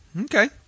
Okay